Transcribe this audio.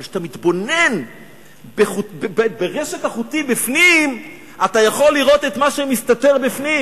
אבל כשאתה מתבונן ברשת החוטים פנימה אתה יכול לראות את מה שמסתתר בפנים,